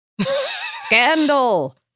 Scandal